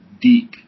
deep